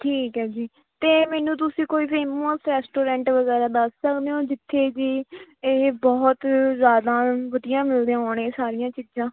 ਠੀਕ ਹੈ ਜੀ ਅਤੇ ਮੈਨੂੰ ਤੁਸੀਂ ਕੋਈ ਫੇਮਸ ਰੈਸਟੋਰੈਂਟ ਵਗੈਰਾ ਦੱਸ ਸਕਦੇ ਹੋ ਜਿੱਥੇ ਕਿ ਇਹ ਬਹੁਤ ਜ਼ਿਆਦਾ ਵਧੀਆ ਮਿਲਦੇ ਹੋਣ ਇਹ ਸਾਰੀਆਂ ਚੀਜ਼ਾਂ